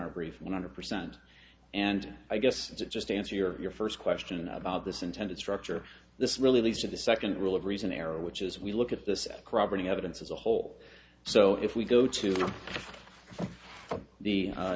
our brief one hundred percent and i guess it's just answer your first question about this intended structure this really leads to the second rule of reason error which is we look at this corroborating evidence as a whole so if we go to the